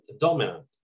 dominant